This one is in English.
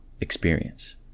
experience